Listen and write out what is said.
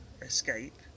escape